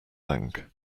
bank